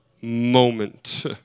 moment